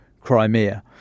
Crimea